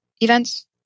events